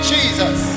Jesus